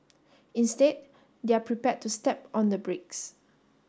instead they're prepared to step on the brakes